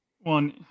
One